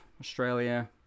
Australia